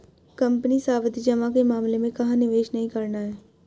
Company सावधि जमा के मामले में कहाँ निवेश नहीं करना है?